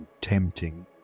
tempting